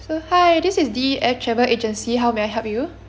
so hi this is D_E_F travel agency how may I help you